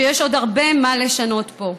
שיש עוד הרבה מה לשנות פה.